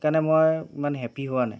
সেইকাৰণে মই ইমান হেপী হোৱা নাই